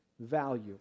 value